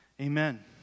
Amen